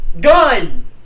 Gun